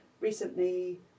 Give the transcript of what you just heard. recently